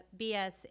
BS